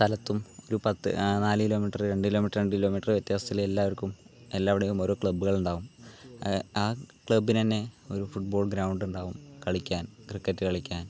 സ്ഥലത്തും ഒരു പത്ത് നാല് കിലോമീറ്റർ രണ്ട് കിലോമീറ്റർ രണ്ട് കിലോമീറ്റർ വ്യത്യാസത്തിൽ എല്ലാവർക്കും എല്ലാവിടെയും ഓരോ ക്ലബ്ബുകൾ ഉണ്ടാവും ആ ക്ലബ്ബിന് തന്നെ ഒരു ഫുട്ബോൾ ഗ്രൗണ്ടുണ്ടാവും കളിക്കാൻ ക്രിക്കറ്റ് കളിക്കാൻ